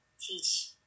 teach